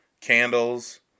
Candles